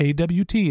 AWT